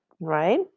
right